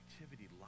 activity